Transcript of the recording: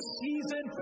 season